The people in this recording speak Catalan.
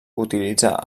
utilitzà